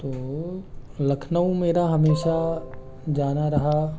तो लखनऊ मेरा हमेशा जाना रहा